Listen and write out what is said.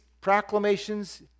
proclamations